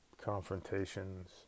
Confrontations